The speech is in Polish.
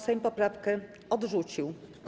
Sejm poprawkę odrzucił.